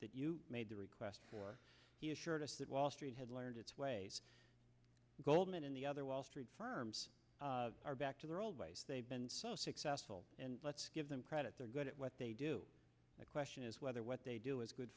that you made the request for he assured us that wall street had learned its ways goldman and the other wall street firms are back to their old ways they've been so successful and let's give them credit they're good at what they do the question is whether what they do is good